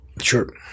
Sure